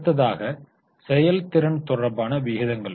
அடுத்ததாக செயல்திறன் தொடர்பான விகிதங்கள்